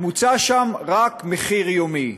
מוצע שם רק מחיר יומי.